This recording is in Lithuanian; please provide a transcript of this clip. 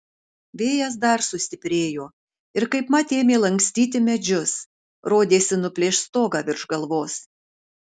vėjas dar sustiprėjo ir kaipmat ėmė lankstyti medžius rodėsi nuplėš stogą virš galvos